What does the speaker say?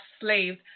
slaves